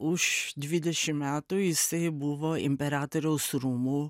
už dvidešim metų jisai buvo imperatoriaus rūmų